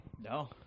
No